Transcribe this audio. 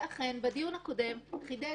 בדיון הקודם נאמר